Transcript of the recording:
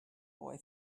boy